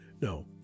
No